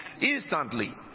instantly